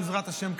בעזרת השם,